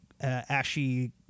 ashy